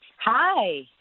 Hi